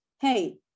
Hey